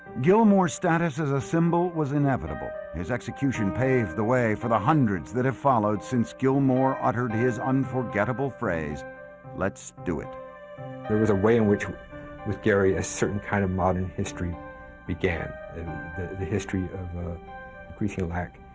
gilmore's status as a symbol was inevitable his execution paved the way for the hundreds that have followed since gilmore uttered his unforgettable phrase let's do it there was a way in which with gary a certain kind of modern history began and the the history of ah increasing lack